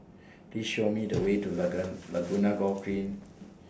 Please Show Me The Way to Laguna Golf Green